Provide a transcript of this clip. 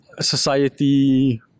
society